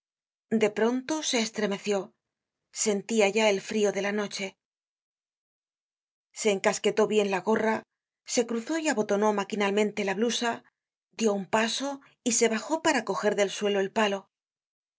de pronto se estremeció sentia ya el frio de la noche se encasquetó bien la gorra se cruzó y abotonó maquinalmente la blusa dió un paso y se bajó para coger del suelo el palo